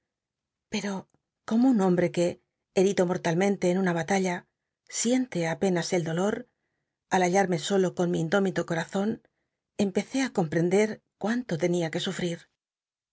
pero como un hombre que herido mortalmente en una batalla siente apenas el dolor al hallarmc solo con mi indómito corazon empezé á comprender cuánto tenia que sufrir